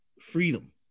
freedom